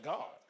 God